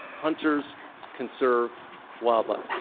hunters conserve wildlife